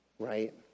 Right